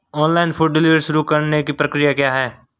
Online food delivery शुरू करने की प्रक्रिया क्या है?